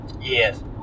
Yes